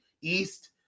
East